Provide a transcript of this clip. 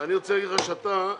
אני אומר לכם.